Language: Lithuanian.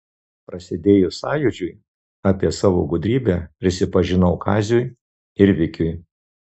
prasidėjus sąjūdžiui apie savo gudrybę prisipažinau kaziui ir vikiui